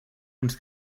uns